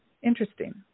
Interesting